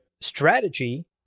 strategy